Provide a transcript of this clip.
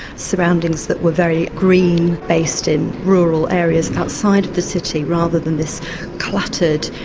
surroundings that were very green, based in rural areas outside of the city rather than this cluttered,